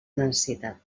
necessitat